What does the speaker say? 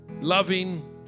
loving